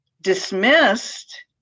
dismissed